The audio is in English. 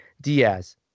Diaz